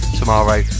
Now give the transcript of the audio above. tomorrow